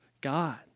God